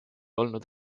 olnud